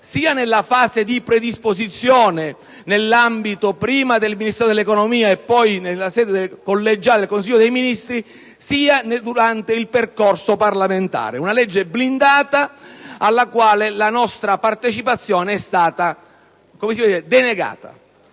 sia nella fase di predisposizione del testo (prima nell'ambito del Ministero dell'economia e poi nella sede collegiale del Consiglio dei ministri), sia durante il percorso parlamentare. È una legge blindata, alla quale la nostra partecipazione è stata denegata.